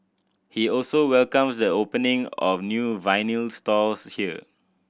he also welcomes the opening of new vinyl stores here